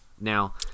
Now